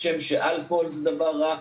כשם שאלכוהול זה דבר רע,